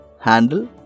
Handle